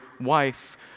wife